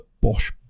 Bosch